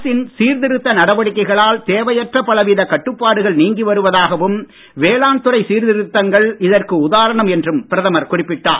அரசின் சீர்திருத்த நடவடிக்கைகளால் தேவையற்ற பலவித கட்டுப்பாடுகள் நீங்கி வருவதாகவும் வேளாண் துறை சீர்திருத்தங்கள் இதற்கு உதாரணம் என்றும் பிரதமர் குறிப்பிட்டார்